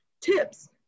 tips